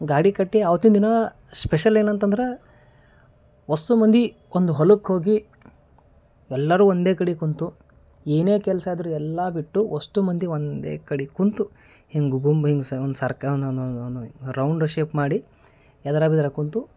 ಗಾಡಿ ಕಟ್ಟಿ ಅವತ್ತಿನ ದಿನ ಸ್ಪೆಷಲ್ ಏನಂತಂದ್ರ ವಸ್ಸು ಮಂದಿ ಒಂದು ಹೊಲಕ್ಕೆ ಹೋಗಿ ಎಲ್ಲರು ಒಂದೇ ಕಡಿ ಕುಂತು ಏನೇ ಕೆಲಸ ಇದ್ದರೂ ಎಲ್ಲಾ ಬಿಟ್ಟು ವಸ್ಟು ಮಂದಿ ಒಂದೇ ಕಡೆ ಕುಂತು ಹಿಂಗೆ ಗುಮ್ ಹಿಂಗೆ ಸ್ ಒನ್ ಸರ್ಕ ಒನ್ನೊಂದು ಒನ್ನೊಂದು ಒನ್ನೊಂದು ರೌಂಡ್ ಶೇಪ್ ಮಾಡಿ ಎದ್ರ ಬದ್ರ ಕುಂತು